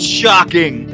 shocking